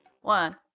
one